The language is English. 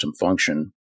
function